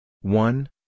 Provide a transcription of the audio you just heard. one